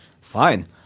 fine